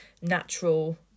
natural